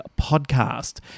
podcast